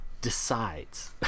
decides